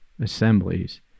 assemblies